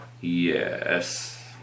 Yes